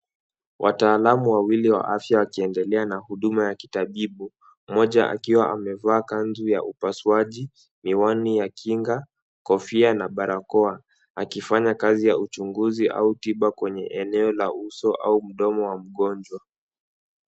Wataalam wawili wa afya wakiendelea na huduma ya kitabibu mmoja akiwa amevaa kanzu ya upasuaji, miwani ya kinga, kofia na barakoa akifanya kazi ya uchunguzi au tiba kwenye eneo la uso au mdomo wa mgonjwa.